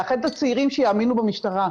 לאחד את הצעירים שיאמינו במשטרה,